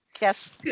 yes